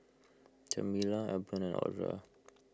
Jamila Albion and Audra